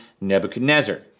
Nebuchadnezzar